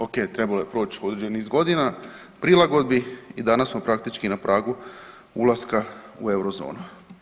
Ok, trebalo je proći određeni niz godina prilagodbi i danas smo praktički na pragu ulaska u Eurozonu.